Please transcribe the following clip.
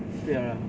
不要 liao